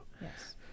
Yes